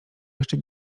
jeszcze